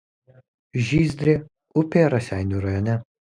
žyzdrė upė raseinių rajone